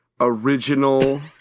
original